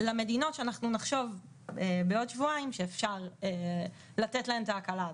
למדינות שנחשוב בעוד שבועיים שאפשר לתת להן את ההקלה הזאת.